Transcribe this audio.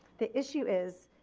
the issue is,